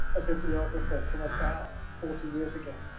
a bibliographer from about forty years ago,